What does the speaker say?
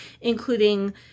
including